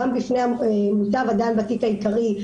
גם בפני המותב הדן בתיק העיקרי,